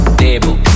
table